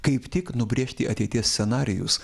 kaip tik nubrėžti ateities scenarijus